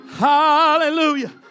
Hallelujah